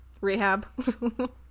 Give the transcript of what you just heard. rehab